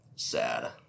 ...sad